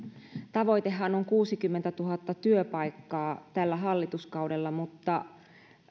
tavoitehan on kuusikymmentätuhatta työpaikkaa tällä hallituskaudella mutta